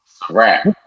Crap